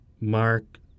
Mark